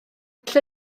gall